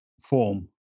form